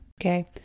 okay